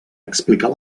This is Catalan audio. explicar